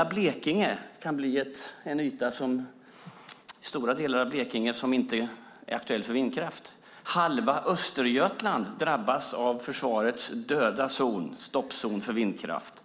att det kan bli så att stora delar av Blekinge inte blir aktuella för vindkraft. Halva Östergötland drabbas av försvarets döda zon, stoppzon för vindkraft.